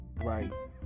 right